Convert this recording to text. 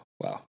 Wow